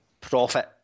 profit